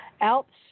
Alps